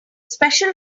special